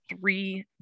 three